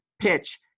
PITCH